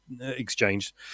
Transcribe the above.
exchanged